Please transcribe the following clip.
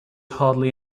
hardly